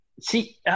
See